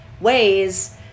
ways